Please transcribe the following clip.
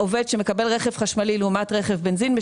העובד שמקבל רכב חשמלי לעומת רכב בנזין,